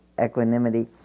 equanimity